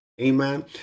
Amen